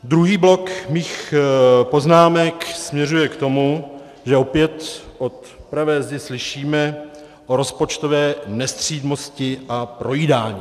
Druhý blok mých poznámek směřuje k tomu, že opět od pravé zdi slyšíme o rozpočtové nestřídmosti a projídání.